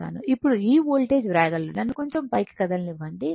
ఇప్పుడు ఈ వోల్టేజ్ వ్రాయగలరు నన్ను కొంచెం పైకి కదలనివ్వండి